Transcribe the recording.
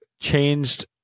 changed